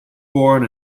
born